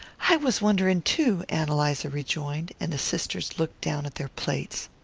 i was wondering too, ann eliza rejoined and the sisters looked down at their plates.